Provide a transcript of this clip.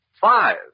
Five